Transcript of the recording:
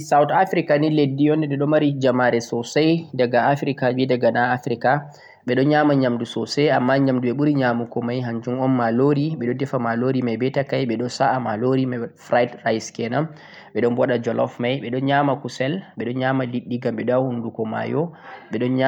leddi South Africa ni leddi un de ɗo mari jamare sosai daga Africa be daga na Africa, ɓe ɗo nyama nyamdu sosai amma nyamdu ɓe ɓuri nyamugo mai hanjum un malori, ɓe ɗon defa malori mai be takai ɓeɗo sa'a malori mai, fride rice kenan, ɓeɗon bo waɗa jeleouf mai, ɓe ɗon nyama kusel, ɓe ɗon nyama liɗɗi, ngam ɓe ɗo ha hunduko mayo ɓe ɗon nyama.